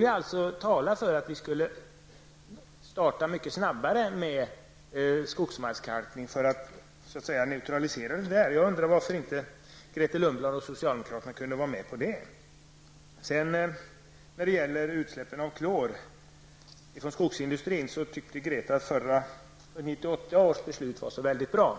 Detta talar ju för att vi borde starta mycket tidigare med skogsmarkskalkning för att så att säga neutralisera. Jag undrar varför inte Grethe Lundblad och de andra socialdemokraterna kan vara med på detta. När det gäller skogsindustrins utsläpp av klor tyckte Grethe Lundblad att 1988 års beslut var så bra.